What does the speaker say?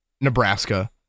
Nebraska